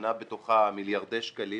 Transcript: שמונה בתוכה מיליארדי שקלים